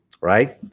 right